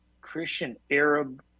Christian-Arab